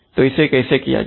तो इसे कैसे किया जाए